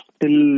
till